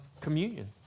communion